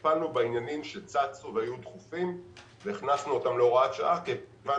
טיפלנו בעניינים שצצו והיו דחופים והכנסנו אותם להוראת שעה כיוון